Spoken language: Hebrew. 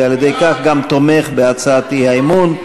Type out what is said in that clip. ועל-ידי כך גם תומך בהצעת האי-אמון,